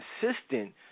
consistent